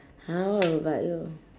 !huh! what will bite you